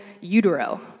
utero